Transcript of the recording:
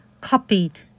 copied